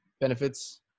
benefits